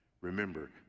Remember